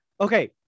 Okay